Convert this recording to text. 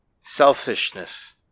Selfishness